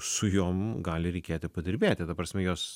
su jom gali reikėti padirbėti ta prasme jos